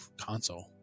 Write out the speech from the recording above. console